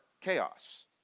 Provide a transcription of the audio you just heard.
chaos